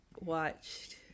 watched